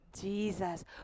Jesus